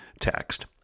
text